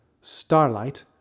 Starlight